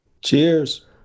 cheers